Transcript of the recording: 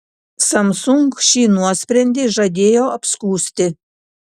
samsung šį nuosprendį žadėjo apskųsti